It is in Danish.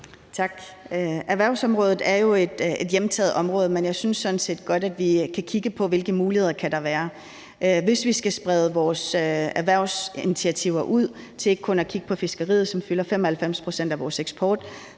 Tak. Erhvervsområdet er jo et hjemtaget område, men jeg synes sådan set godt, at vi kan kigge på, hvilke muligheder der kan være. Hvis vi skal sprede vores erhvervsinitiativer ud til ikke kun at handle om fiskeriet, som fylder 95 pct. af vores eksport,